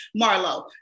Marlo